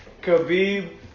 Khabib